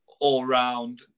all-round